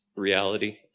reality